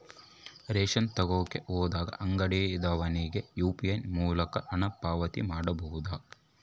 Ration ತರಕ ಹೋದಾಗ ಅಂಗಡಿಯವನಿಗೆ ಯು.ಪಿ.ಐ ಮೂಲಕ ಹಣ ಪಾವತಿ ಮಾಡಬಹುದಾ?